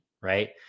Right